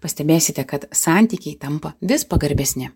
pastebėsite kad santykiai tampa vis pagarbesni